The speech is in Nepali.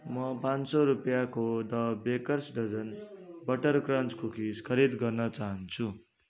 म पाँच सय रुपियाँको the baker's dozen butter crunch cookies खरिद गर्न चाहन्छु